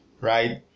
right